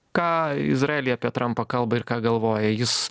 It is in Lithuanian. ką izraelyje apie trampą kalba ir ką galvoja jis